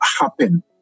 happen